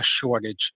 shortage